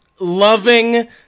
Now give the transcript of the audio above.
loving